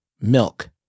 milk